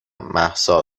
مهسا